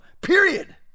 period